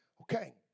Okay